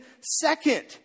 second